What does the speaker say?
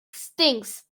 stinks